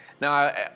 Now